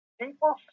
People